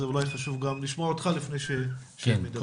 אולי חשוב גם לשמוע אותך לפני ש- -- קודם